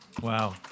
Wow